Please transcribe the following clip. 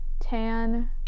tan